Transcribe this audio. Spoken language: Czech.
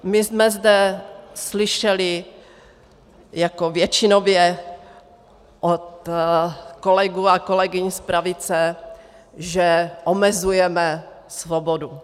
My jsme zde slyšeli jako většinově od kolegů a kolegyň z pravice, že omezujeme svobodu.